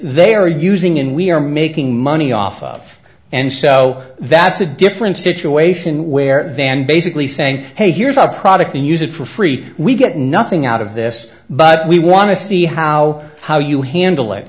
they are using and we're making money off of and so that's a different situation where van basically saying hey here's our product and use it for free we get nothing out of this but we want to see how how you handl